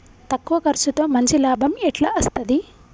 తక్కువ కర్సుతో మంచి లాభం ఎట్ల అస్తది?